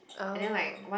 oh